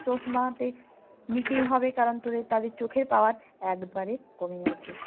চোশমাতে নিতেই হবে কারণ তোদের তাদের চোখের পাওয়ার একবারে কমে গেছে